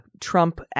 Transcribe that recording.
Trump